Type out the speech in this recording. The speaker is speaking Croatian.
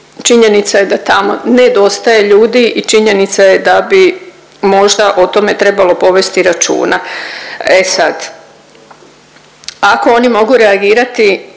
činjenica je da tamo nedostaje ljudi i činjenica je da bi možda o tome trebalo povesti računa. E sad, ako oni mogu reagirati